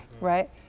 right